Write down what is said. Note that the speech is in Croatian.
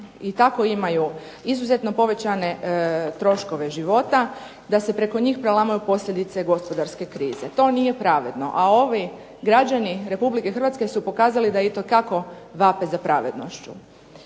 i tako imaju izuzetno povećane troškove života, da se preko njih prelamaju posljedice gospodarske krize. To nije pravedno. A ovi građani Republike Hrvatske su pokazali da itekako vape za pravednošću.